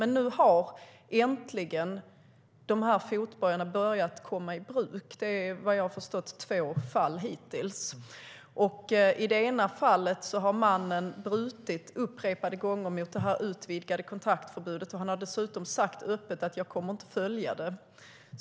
Men nu har de här fotbojorna äntligen börjat komma i bruk. Vad jag har förstått har det skett i två fall hittills. I det ena fallet har mannen brutit mot det utvidgade kontaktförbudet upprepade gånger. Han har dessutom sagt öppet att han inte kommer att följa det.